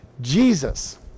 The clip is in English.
Jesus